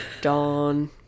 Dawn